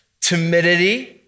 timidity